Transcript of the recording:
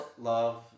love